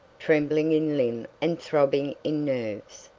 trembling in limb and throbbing in nerves.